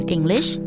English